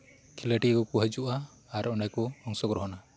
ᱠᱷᱤᱞᱳᱴᱤᱭᱟᱹ ᱠᱚᱠᱚ ᱦᱤᱡᱩᱜᱼᱟ ᱟᱨ ᱚᱸᱰᱮ ᱠᱚ ᱚᱝᱥᱚᱜᱨᱚᱦᱚᱱᱟ